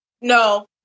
no